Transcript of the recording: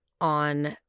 on